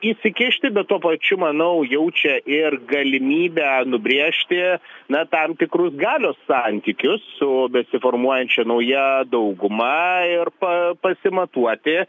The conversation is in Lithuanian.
įsikišti bet tuo pačiu manau jaučia ir galimybę nubrėžti na tam tikrus galios santykiu su besiformuojančia nauja dauguma ar pa pasimatuoti